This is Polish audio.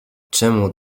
czemu